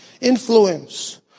influence